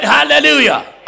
Hallelujah